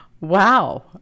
Wow